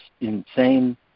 insane